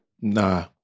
Nah